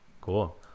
cool